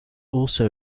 also